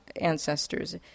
ancestors